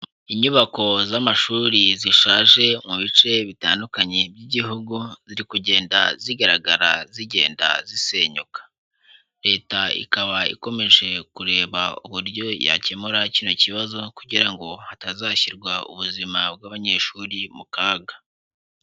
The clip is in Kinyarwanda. Inyubako z'amashuri zishaje mu bice bitandukanye by'igihugu, ziri kugenda zigaragara zigenda zisenyuka, Leta ikaba ikomeje kureba uburyo yakemura kino kibazo kugira ngo hatazashyirwa ubuzima bw'abanyeshuri mu kaga.